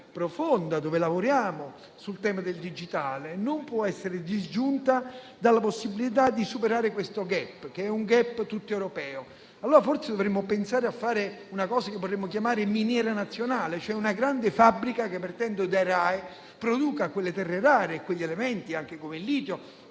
profonda, dove lavoriamo sul tema del digitale, non può essere disgiunta dalla possibilità di superare questo *gap*, che è un *gap* tutto europeo. Forse dovremmo pensare a fare una cosa che potremmo chiamare "miniera nazionale", cioè una grande fabbrica che, partendo dai RAEE, produca quelle terre rare e quegli elementi, come il litio,